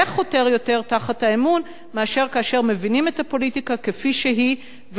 זה חותר יותר תחת האמון מאשר כאשר מבינים את הפוליטיקה כפי שהיא,